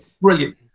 brilliant